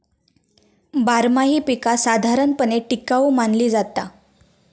बारमाही पीका साधारणपणे टिकाऊ मानली जाता